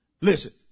Listen